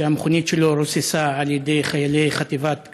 והמכונית שלו רוססה על-ידי חיילי חטיבת כפיר,